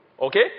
Okay